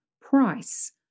price